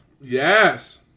yes